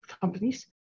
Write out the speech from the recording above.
companies